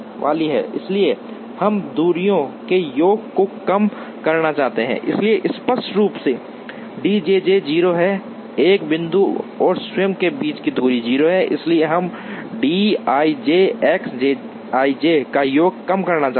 इसलिए हम दूरियों के योग को कम करना चाहते हैं इसलिए स्पष्ट रूप से djj 0 है एक बिंदु और स्वयं के बीच की दूरी 0 है इसलिए हम dij X i j का योग कम करना चाहते हैं